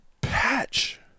patch